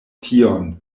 tion